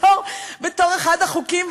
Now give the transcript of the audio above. בתור אחד החוקים,